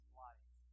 life